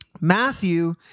Matthew